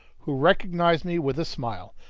who recognized me with a smile,